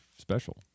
special